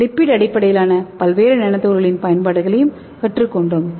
lipid அடிப்படையிலான பல்வேறு nano துகள்களின் பயன்பாடுகளையும் கற்றுக்கொண்டோம்